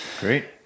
Great